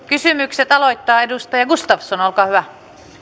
kysymykset aloittaa edustaja gustafsson olkaa hyvä